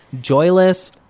joyless